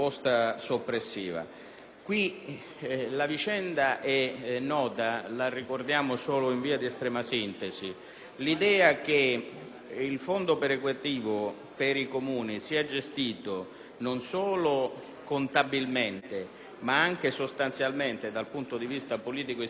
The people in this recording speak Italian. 20. La vicenda è nota e pertanto la ricordiamo solo in estrema sintesi. L'idea che il fondo perequativo per i Comuni sia gestito - non solo contabilmente, ma anche sostanzialmente dal punto di vista politico-istituzionale - dalle Regioni